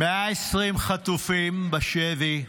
120 חטופים בשבי,